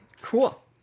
Cool